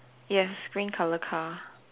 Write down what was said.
yes green color car